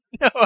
no